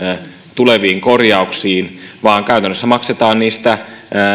tuleviin korjauksiin vaan käytännössä maksetaan niistä